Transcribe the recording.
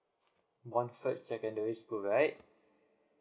monfort secondary school right